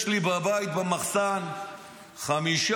יש לי בבית במחסן 15,